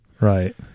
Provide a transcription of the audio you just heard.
Right